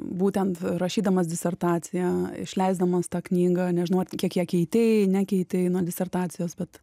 būtent rašydamas disertaciją išleisdamas tą knygą nežinau kiek ją keitei nekeitei na disertacijos bet